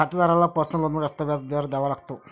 खातेदाराला पर्सनल लोनवर जास्त व्याज दर द्यावा लागतो